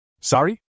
sorry